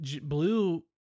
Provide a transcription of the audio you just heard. blue